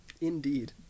Indeed